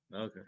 Okay